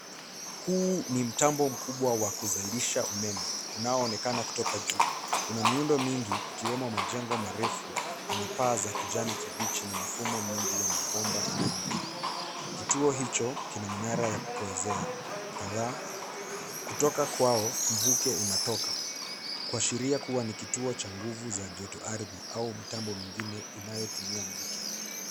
Huu ni mtambo mkubwa wa kuzalisha umeme, unaoonekana kutoka juu. Una miundo mingi, ikiwemo majengo marefu, yenye paa za kijani kibichi na mifumo mingi ya mabomba yanayong'aa .Kituo hicho, kina minara ya kupoezea kadhaa, kutoka kwao mvuke unatoka, kuashiria kuwa ni kituo cha nguvu za joto ardhi au mitambo mingine inayotumia mvuke.